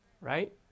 right